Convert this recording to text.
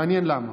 מעניין למה.